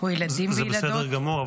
זה בסדר גמור.